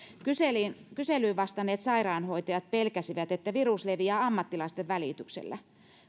kyselyyn vastanneet sairaanhoitajat pelkäsivät että virus leviää ammattilaisten välityksellä